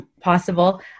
possible